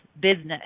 business